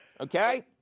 okay